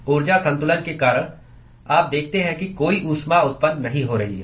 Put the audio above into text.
ऊर्जा संतुलन के कारण आप देखते हैं कि कोई ऊष्मा उत्पन्न नहीं हो रही है